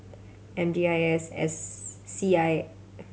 M D I S S C I